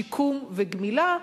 שיקום וגמילה,